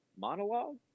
monologue